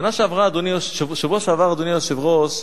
בשבוע שעבר, אדוני היושב-ראש,